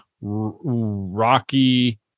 Rocky